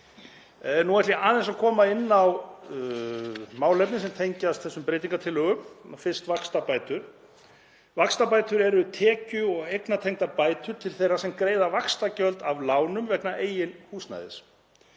Nú ætla ég aðeins að koma inn á málefni sem tengjast þessum breytingartillögum, fyrst vaxtabætur. Vaxtabætur eru tekju- og eignatengdar bætur til þeirra sem greiða vaxtagjöld af lánum vegna eigin húsnæðis.